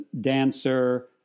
dancer